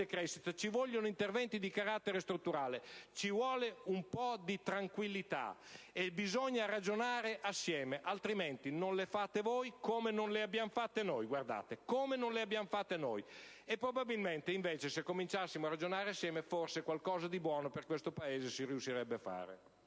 decrescita ci vogliono interventi di carattere strutturale e un po' di tranquillità - bisogna ragionare assieme. Altrimenti non le fate voi le riforme, come non le abbiamo fatte noi. E probabilmente, invece, se cominciassimo a ragionare assieme, forse qualcosa di buono per questo Paese si riuscirebbe a fare.